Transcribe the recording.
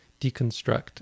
deconstruct